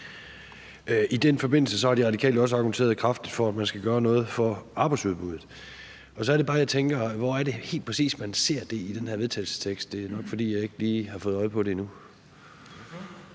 I den forbindelse har De Radikale også argumenteret kraftigt for, at man skal gøre noget for arbejdsudbuddet, og så er det bare, jeg tænker: Hvor er det helt præcist, man ser det i den her vedtagelsestekst? Det er nok, fordi jeg ikke lige har fået øje på det endnu.